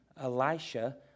Elisha